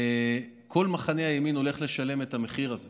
וכל מחנה הימין הולך לשלם את המחיר על זה,